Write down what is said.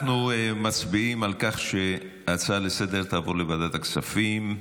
אנחנו מצביעים על כך שההצעה לסדר-היום תעבור לוועדת הכספים.